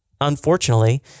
unfortunately